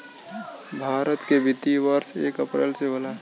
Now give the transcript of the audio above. भारत के वित्तीय वर्ष एक अप्रैल से होला